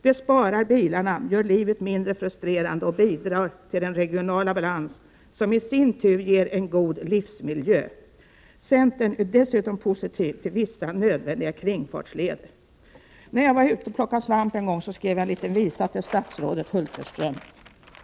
Det sparar bilarna, gör livet mindre frustrerande och bidrar till den regionala balans som isin tur ger en god livsmiljö. Centern är dessutom positiv till vissa nödvändiga kringfartsleder. En gång när jag var ute och plockade svamp skrev jag en liten visa till statsrådet Hulterström.